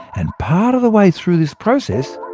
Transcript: and part of the way through this process,